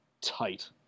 tight